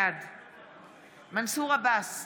בעד מנסור עבאס,